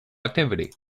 activity